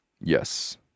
Yes